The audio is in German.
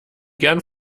gern